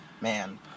man